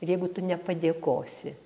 ir jeigu tu nepadėkosi